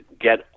get